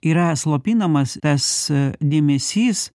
yra slopinamas tas dėmesys